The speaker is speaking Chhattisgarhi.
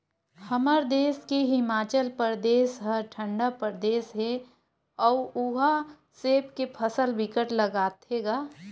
हमर देस के हिमाचल परदेस ह ठंडा परदेस हे अउ उहा सेब के फसल बिकट लगाथे गा